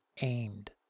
aimed